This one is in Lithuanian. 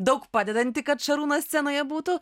daug padedanti kad šarūnas scenoje būtų